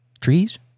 Trees